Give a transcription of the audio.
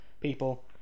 people